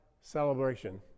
celebration